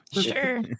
Sure